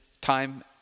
time